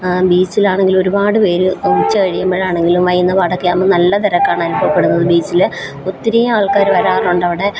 ബീച്ചിലാണെങ്കിലും ഒരുപാട് പേര് ഉച്ച കഴിയുമ്പോഴാണെങ്കിലും വൈന്ന് അവിടെക്കെയാവുമ്പം നല്ല തിരക്കാണ് അനുഭവപ്പെടുന്നത് ബീച്ചിൽ ഒത്തിരി ആൾക്കാർ വരാറുണ്ടവിടെ